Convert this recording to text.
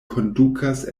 kondukas